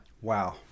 wow